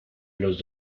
los